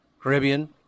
Caribbean